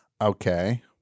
Okay